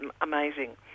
amazing